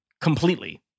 Completely